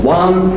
one